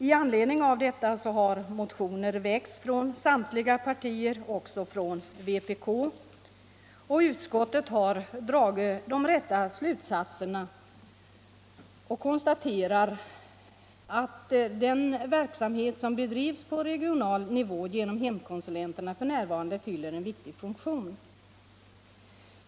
I anledning av detta har motioner väckts från samtliga partier, också från vpk. Utskottet har dragit de rätta slutsatserna och konstaterar att den verksamhet som bedrivs på regional nivå genom hemkonsulenterna f. n. fyller en viktig funktion.